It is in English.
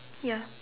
ya